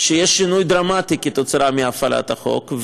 שיש שינוי דרמטי עקב הפעלת החוק,